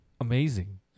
amazing